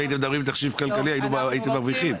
הייתם מדברים בתחשיב כלכלי הייתם מרוויחים.